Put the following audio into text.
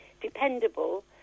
dependable